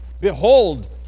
Behold